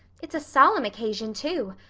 it's a solemn occasion too.